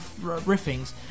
riffings